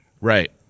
Right